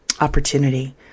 opportunity